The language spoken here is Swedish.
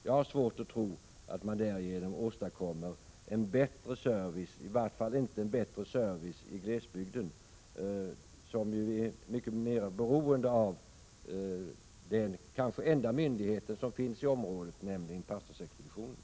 Jag har svårt att tro att man därigenom åstadkommer en bättre service, i varje fall inte en bättre service i glesbygden, som är mycket mer beroende av den kanske enda myndighet som finns i området, nämligen pastorsexpeditionen.